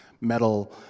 metal